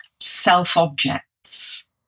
self-objects